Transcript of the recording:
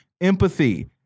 Empathy